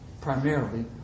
primarily